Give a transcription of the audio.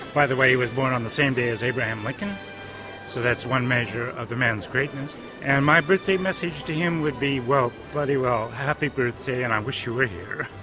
by the way he was born on the same day as abraham lincoln, so that's one measure of the man's greatness and my birthday message to him would be well, bloody well happy birthday, and i wish you were here.